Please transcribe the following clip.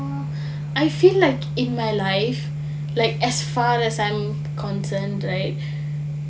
I feel like in my life like as far as I'm concerned right